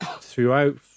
throughout